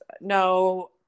no